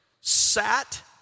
sat